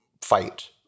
fight